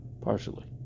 partially